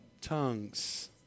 tongues